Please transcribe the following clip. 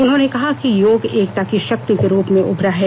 उन्होंने कहा कि योग एकता की शक्ति के रूप में उभरा है